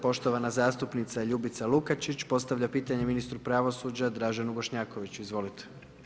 Poštovana zastupnica Ljubica Lukačić postavlja pitanje ministru pravosuđa Draženu Bošnjakoviću, izvolite.